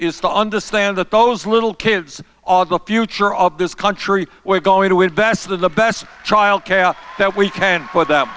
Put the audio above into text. is to understand that those little kids are the future of this country we're going to invest in the best child care that we can for them